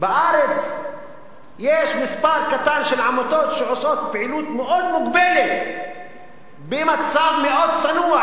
בארץ יש מספר קטן של עמותות שעושות פעילות מאוד מוגבלת במצב מאוד צנוע.